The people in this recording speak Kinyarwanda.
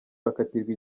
bakatirwa